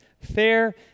Fair